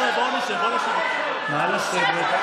נא לשבת.